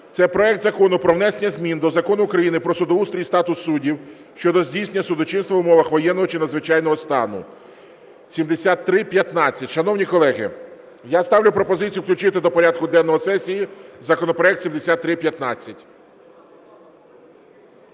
Це проект Закону про внесення змін до Закону України "Про судоустрій і статус суддів" щодо здійснення судочинства в умовах воєнного чи надзвичайного стану (7315). Шановні колеги, я ставлю пропозицію включити до порядку денного сесії законопроект 7315.